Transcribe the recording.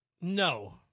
No